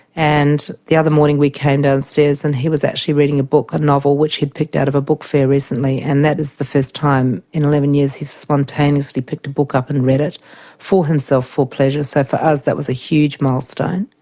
and the other morning we came downstairs and he was actually reading a book, a novel which he'd picked out of a book fair recently, and that was the first time in eleven years he's spontaneously picked a book up and read it for himself for pleasure. so for us that was a huge milestone.